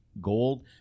gold